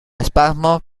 espasmos